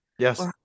Yes